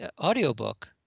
audiobook